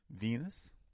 Venus